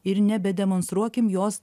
ir nedemonstruokim jos